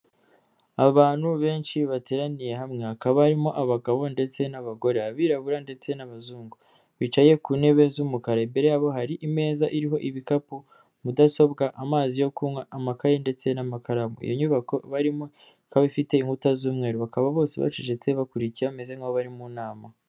Abantu benshi bateraniye hamwe hakaba harimo abagabo ndetse n'abagore abirabura ndetse n'abazungu bicaye ku ntebe z'umukara imbere yabo harimeza iriho ibikapu mudasobwa amazi yo kunywa amakaye ndetse n'amakaramu iyo nyubako barimo ikaba ifite inkuta z'umweru bakaba bose bacecetse bakurikira bameze nk'abari mu nama.